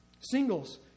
Singles